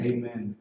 Amen